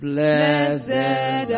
Blessed